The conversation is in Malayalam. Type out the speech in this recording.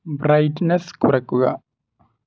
ബ്രൈറ്റ്നസ് കുറയ്ക്കുക